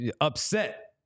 upset